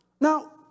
Now